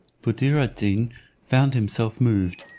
buddir ad deen found himself moved,